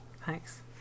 Thanks